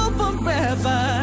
forever